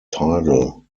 tidal